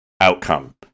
outcome